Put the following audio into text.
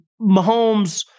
Mahomes